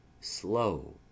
slow